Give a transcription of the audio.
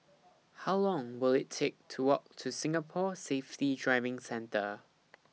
How Long Will IT Take to Walk to Singapore Safety Driving Centre